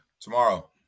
tomorrow